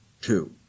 two